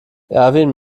erwin